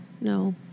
No